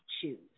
choose